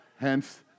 Hence